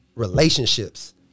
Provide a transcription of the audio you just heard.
relationships